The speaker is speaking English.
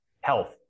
health